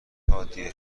حادیه